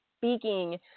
speaking